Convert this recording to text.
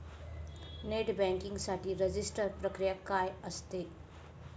Net banking साठी register प्रक्रिया काय असते?